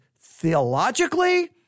theologically